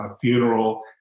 funeral